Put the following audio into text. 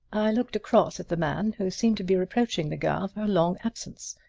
i looked across at the man, who seemed to be reproaching the girl for her long absence.